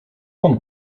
pan